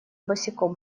босиком